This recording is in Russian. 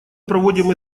проводим